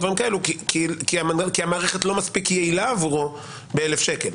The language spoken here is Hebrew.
כי המערכת לא מספיק יעילה עבורו במקרה של 1,000 שקל.